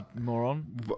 moron